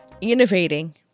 innovating